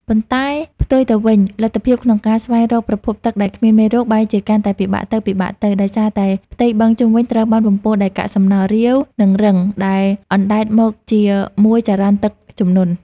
ប៉ុន្តែផ្ទុយទៅវិញ លទ្ធភាពក្នុងការស្វែងរកប្រភពទឹកដែលគ្មានមេរោគ បែរជាកាន់តែពិបាកទៅៗ ដោយសារតែផ្ទៃបឹងជុំវិញត្រូវបានបំពុលដោយកាកសំណល់រាវ និងរឹងដែលអណ្តែតមកជាមួយចរន្តទឹកជំនន់។